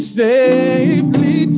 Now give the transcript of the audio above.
safely